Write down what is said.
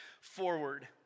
forward